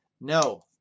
No